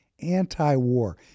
anti-war